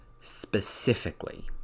specifically